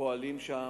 פועלים שם.